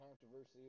controversy